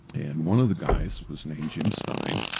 and one of the guys was named jim stein,